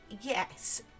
yes